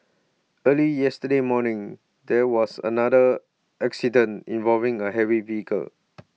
early yesterday morning there was another accident involving A heavy vehicle